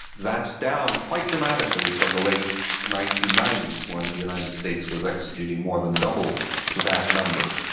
that's down quite dramatically from the late nineteen ninety s when the united states was executing more than double that number.